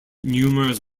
numerous